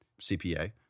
CPA